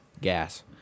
Gas